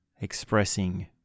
expressing